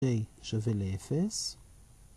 שווה לאפס.